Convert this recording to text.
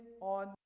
on